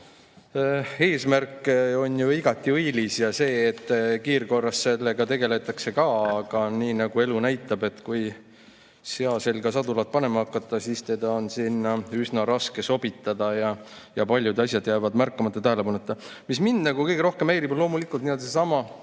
Eesmärk on ju igati õilis ja see, et kiirkorras sellega tegeldakse, ka. Aga nii nagu elu näitab, kui sea selga sadulat panema hakata, siis on seda sinna üsna raske sobitada, paljud asjad jäävad märkamata, tähelepanuta. Mis mind nagu kõige rohkem häirib, on loomulikult seesama